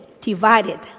divided